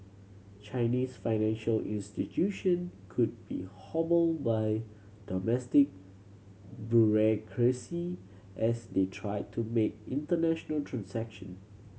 Chinese financial institution could be hobbled by domestic as they try to make international transaction